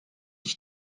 ich